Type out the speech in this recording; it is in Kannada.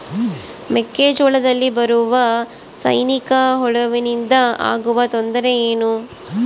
ಮೆಕ್ಕೆಜೋಳದಲ್ಲಿ ಬರುವ ಸೈನಿಕಹುಳುವಿನಿಂದ ಆಗುವ ತೊಂದರೆ ಏನು?